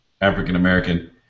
African-American